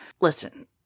Listen